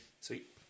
Sweet